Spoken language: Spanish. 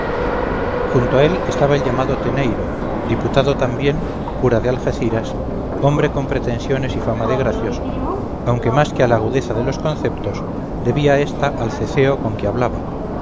junto a él estaba el llamado teneyro diputado también cura de algeciras hombre con pretensiones y fama de gracioso aunque más que a la agudeza de los conceptos debía esta al ceceo con que hablaba